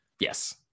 Yes